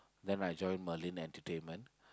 then I join Merlin Entertainment